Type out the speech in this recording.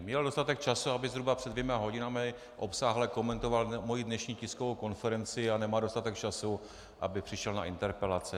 Měl dostatek času, aby zhruba před dvěma hodinami obsáhle komentoval moji dnešní tiskovou konferenci., a nemá dostatek času, aby přišel na interpelace.